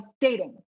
dating